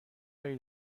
داری